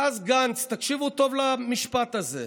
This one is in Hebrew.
ואז גנץ, תקשיבו טוב למשפט הזה,